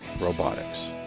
robotics